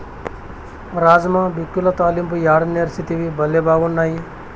రాజ్మా బిక్యుల తాలింపు యాడ నేర్సితివి, బళ్లే బాగున్నాయి